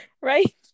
Right